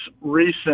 recent